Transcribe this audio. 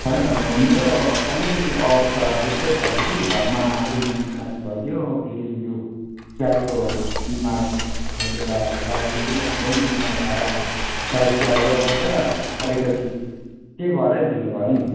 होइन मेरो अलिकति अवस्था त्यस्तै पर्यो कि घरमा अलिकति बिमारी भइदियो फेरि उ गाईको बिमार फैलिएर गाई पनि हाम्रो पनि बिमार भएर गाई स्याहार्दा ओर्दा अलिकति त्यो भएर नि ढिलो भयो नि